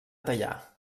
teià